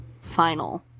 final